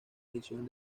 edición